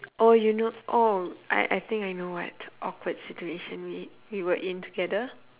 oh you know oh I I think I know what awkward situation we we were in together